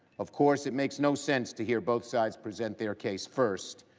of course, it makes no sense to hear both sides present their case first,